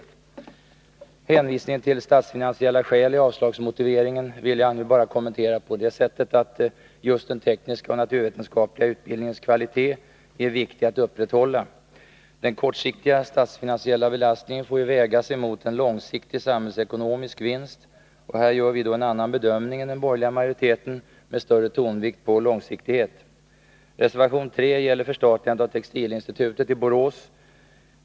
Utskottets hänvisning till statsfinansiella skäl i motiveringen till avslagsyrkandet vill jag nu bara kommentera på det sättet att just den tekniska och naturvetenskapliga utbildningens kvalitet är viktig att upprätthålla. Den kortsiktiga statsfinansiella belastningen får vägas mot en långsiktig samhällsekonomisk vinst. Här gör vi en annan bedömning än den borgerliga majoriteten, med större tonvikt på långsiktighet. Reservation 3 gäller förstatligande av textilinstitutet i Borås.